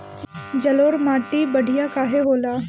जलोड़ माटी बढ़िया काहे होला?